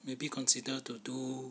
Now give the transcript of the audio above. maybe consider to do